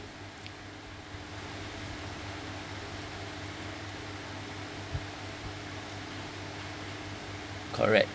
correct